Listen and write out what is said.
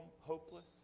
hopeless